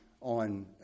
on